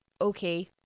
okay